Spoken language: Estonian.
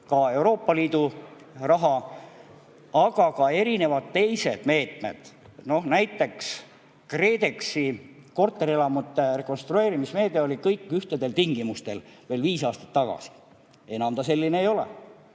ka Euroopa Liidu raha. Aga on ka erinevad teised meetmed. Näiteks KredExi korterelamute rekonstrueerimise meede oli kõikidele ühtedel tingimustel veel viis aastat tagasi. Enam ta seda ei ole.